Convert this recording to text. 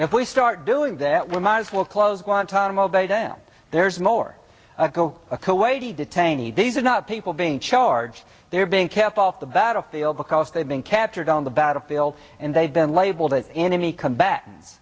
if we start doing that we might as well close guantanamo bay down there's more of a kuwaiti detainees these are not people being charged they're being kept off the battlefield because they've been captured on the battlefield and they've been labeled an enemy combatant